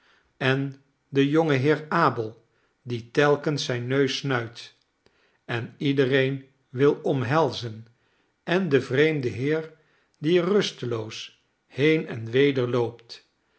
en de jonge heer abel die telkens zijn neus snuit en iedereen wil omhelzen en de vreemde heer die rusteloos heen en weder loopt